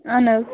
اَہَن حظ